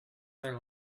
their